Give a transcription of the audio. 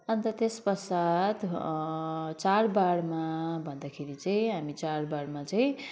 अन्त त्यसपश्चात चाडबाडमा भन्दाखेरि चाहिँ हामी चाडबाडमा चाहिँ